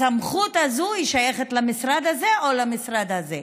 הסמכות הזו, היא שייכת למשרד הזה או למשרד הזה?